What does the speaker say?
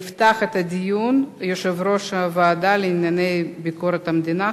יפתח את הדיון יושב-ראש הוועדה לענייני ביקורת המדינה,